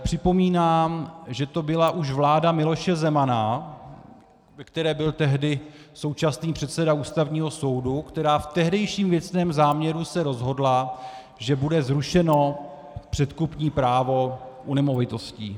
Připomínám, že to byla už vláda Miloše Zemana, ve které byl tehdy současný předseda Ústavního soudu, která se v tehdejším věcném záměru rozhodla, že bude zrušeno předkupní právo u nemovitostí.